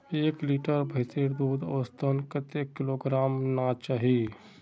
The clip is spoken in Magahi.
एक लीटर भैंसेर दूध औसतन कतेक किलोग्होराम ना चही?